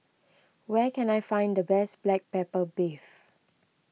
where can I find the best Black Pepper Beef